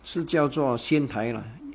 是叫做仙台 lah